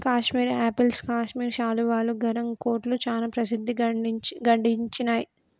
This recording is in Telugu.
కాశ్మీర్ ఆపిల్స్ కాశ్మీర్ శాలువాలు, గరం కోట్లు చానా ప్రసిద్ధి గడించినాయ్